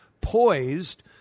poised